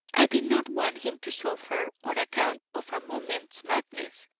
i did not want him to suffer on account of a moment's madness,